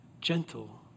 gentle